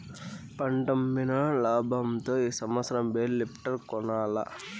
పంటమ్మిన లాబంతో ఈ సంవత్సరం బేల్ లిఫ్టర్ కొనాల్ల